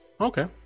Okay